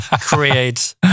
create